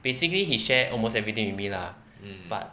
basically he share almost everything with me lah but